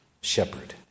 shepherd